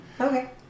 Okay